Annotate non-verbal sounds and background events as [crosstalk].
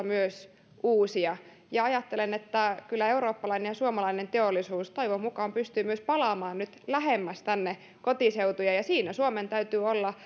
[unintelligible] myös uusia ajattelen että kyllä eurooppalainen ja suomalainen teollisuus toivon mukaan pystyvät myös palaamaan nyt lähemmäs tänne kotiseutuja ja siinä suomen täytyy olla [unintelligible]